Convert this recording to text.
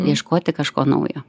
ieškoti kažko naujo